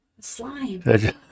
Slime